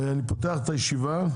(הישיבה נפסקה בשעה 15:30 ונתחדשה בשעה 15:50.) אני מחדש את הישיבה.